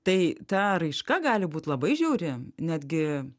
tai ta raiška gali būt labai žiauri netgi